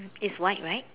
it's white right